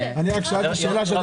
אני רק --- שנייה,